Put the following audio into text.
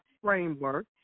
framework